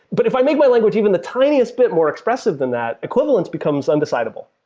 but if i make my language even the tiniest bit more expressive than that, equivalence becomes undecidable.